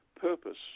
purpose